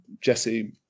Jesse